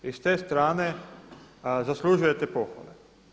I s te strane zaslužujete pohvale.